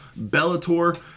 bellator